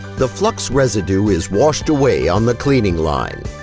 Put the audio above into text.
the flux residue is washed away on the cleaning line.